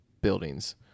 buildings